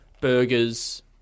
burgers